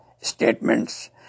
statements